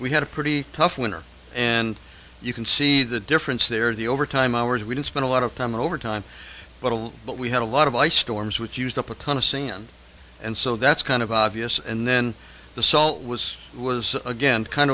we had a pretty tough winter and you can see the difference there the overtime hours we didn't spend a lot of time or over time but all but we had a lot of ice storms which used up a ton of sand and so that's kind of obvious and then the salt was was again kind